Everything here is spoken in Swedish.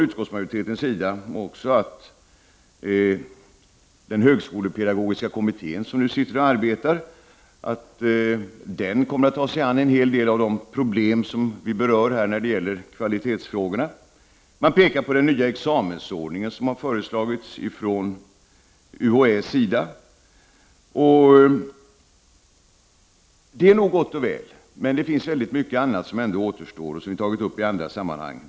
Utskottsmajoriteten anför också att den högskolepedagogiska kommitté som nu arbetar kommer att ta sig an en hel del av de problem som vi berör när det gäller kvalitetsfrågorna. Man pekar på den nya examensordning som har föreslagits av UHÄ. Det är nog gott och väl, men det är mycket annat som återstår och som vi har tagit upp i andra sammanhang.